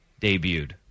debuted